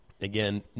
again